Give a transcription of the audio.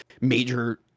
major